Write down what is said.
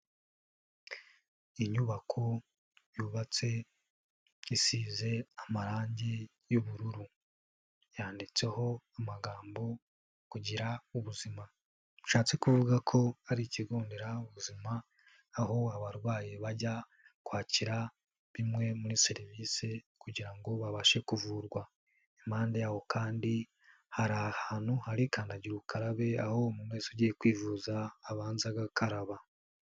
Inyubako yubatse isize amarangi y'ubururu, yanditseho amagambo kugira ubuzima, bishatse kuvuga ko ari ikigo nderabuzima, aho abarwayi bajya kwakira zimwe muri serivisi kugira ngo babashe kuvurwa, impande yaho kandi hari ahantu hari kandagira ukarabe, aho umuntu wese ugiye kwivuza abanza agakaraba.